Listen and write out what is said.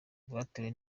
rwatewe